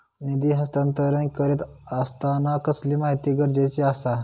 निधी हस्तांतरण करीत आसताना कसली माहिती गरजेची आसा?